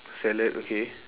salad okay